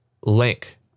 link